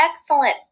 excellent